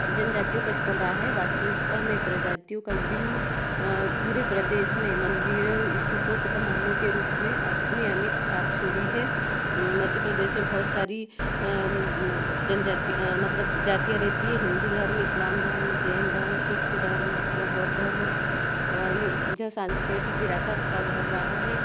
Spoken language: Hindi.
जनजातियों का स्थल रहा है वास्तविकता में प्रजातियों का विभिन्न पूरे प्रदेश में मंदिर स्तूपों तथा महलों के रूप में अपनी अमिट छाप छोड़ी है मध्य प्रदेश में बहुत सारी जनजाति मतलब जातियाँ रहती हैं मतलब हिंदू धर्म इस्लाम धर्म जैन धर्म सिख धर्म और बौद्ध धर्म य यह सांस्कृतिक विरासत का घर रहा है